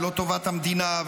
ולא טובת המדינה,